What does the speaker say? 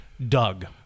doug